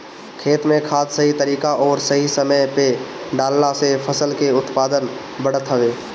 खेत में खाद सही तरीका अउरी सही समय पे डालला से फसल के उत्पादन बढ़त हवे